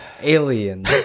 Alien